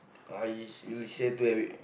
uh is you share to have it